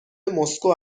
مسکو